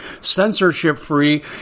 censorship-free